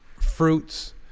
fruits